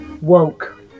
Woke